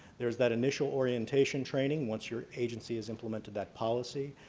there's that initial orientation training once your agency has implemented that policy,